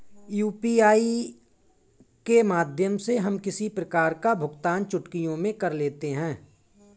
UPI के माध्यम से हम किसी प्रकार का भुगतान चुटकियों में कर लेते हैं